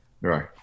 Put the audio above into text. right